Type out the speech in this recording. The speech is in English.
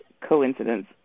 coincidence